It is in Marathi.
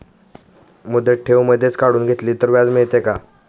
मुदत ठेव मधेच काढून घेतली तर व्याज मिळते का?